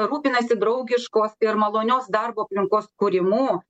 rūpinasi draugiškos ir malonios darbo aplinkos kūrimu